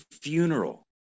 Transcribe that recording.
funeral